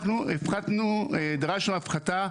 אנחנו דרשנו הפחתה,